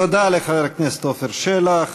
תודה לחבר הכנסת עפר שלח.